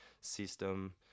system